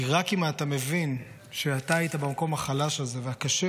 כי רק אם אתה מבין שאתה היית במקום החלש הזה והקשה,